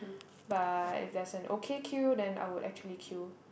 but if there's an okay queue then I would actually queue